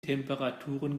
temperaturen